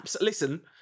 Listen